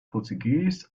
portuguese